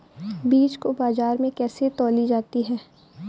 बीज को बाजार में कैसे तौली जाती है?